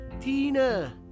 Tina